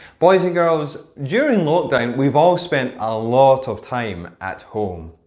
boys and girls, during lockdown we've all spent a lot of time at home.